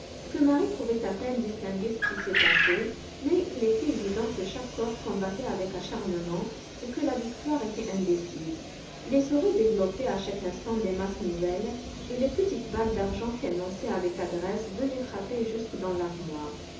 que marie pouvait à peine distinguer ce qui s'y passait mais il était évident que chaque corps combattait avec acharnement et que la victoire était indécise les souris développaient à chaque instant des masses nouvelles et les petites balles d'argent qu'elles lançaient avec adresse venaient frapper jusque dans l'armoire